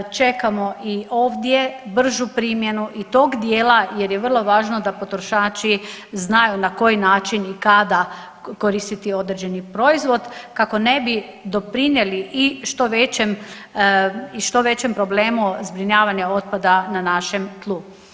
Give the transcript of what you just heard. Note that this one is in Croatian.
Čekamo i ovdje bržu primjenu i tog dijela jer je vrlo važno da potrošači znaju na koji način i kada koristiti određeni proizvod kako ne bi doprinijeli što većem i što većem problemu zbrinjavanja otpada na našem tlu.